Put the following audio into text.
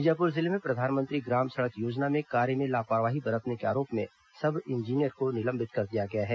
बीजापुर जिले में प्रधानमंत्री ग्राम सड़क योजना में कार्य में लापरवाही बरतने के आरोप में सब इंजीनियर को निलंबित कर दिया गया है